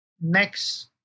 next